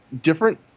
different